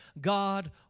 God